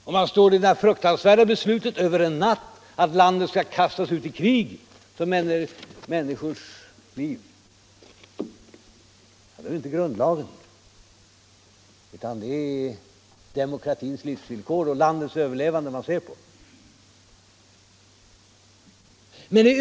Om man står inför det fruktansvärda beslutet över en natt att landet skall kastas ut i krig, då det gäller människors liv, är det inte grundlagen utan demokratins livsvillkor och landets överlevande man ser på.